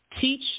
teach